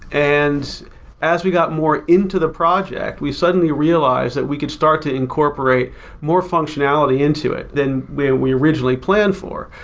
and as we got more into the project, we suddenly realized that we could start to incorporate more functionality into it than we originally planned for,